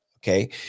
Okay